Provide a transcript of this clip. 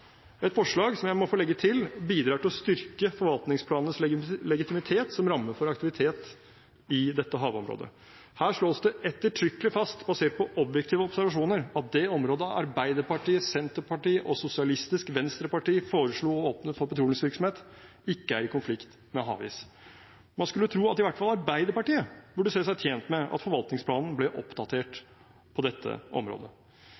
et forslag som jeg må få legge til bidrar til å styrke forvaltningsplanens legitimitet som ramme for aktivitet i dette havområdet. Her slås det ettertrykkelig fast basert på objektive observasjoner at det området Arbeiderpartiet, Senterpartiet og Sosialistisk Venstreparti foreslo å åpne for petroleumsvirksomhet, ikke er i konflikt med havis. Man skulle tro at i hvert fall Arbeiderpartiet burde se seg tjent med at forvaltningsplanen ble oppdatert på dette området.